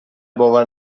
باور